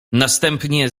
następnie